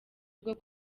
bwo